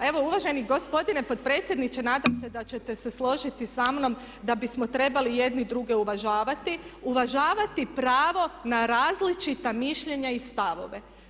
a evo uvaženi gospodine potpredsjedniče, nadam se da ćete se složiti sa mnom da bismo trebali jedni druge uvažavati, uvažavati pravo na različita mišljenja i stavove.